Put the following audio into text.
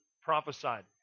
prophesied